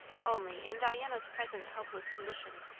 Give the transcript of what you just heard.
only, in diana's present helpless condition,